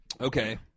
Okay